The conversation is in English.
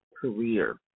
career